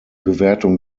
bewertung